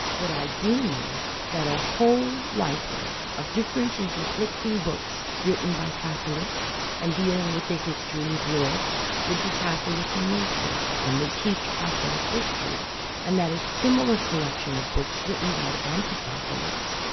but i do mean that a whole library of different and conflicting books written by catholics and dealing with the history of europe would be catholic in nature and would teach catholic history and that a similar collection of books written by anti-catholics,